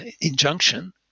injunction